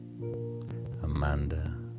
Amanda